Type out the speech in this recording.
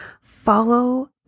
Follow